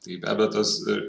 tai be abejo tas ir